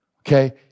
okay